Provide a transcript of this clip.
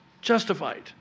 Justified